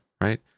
right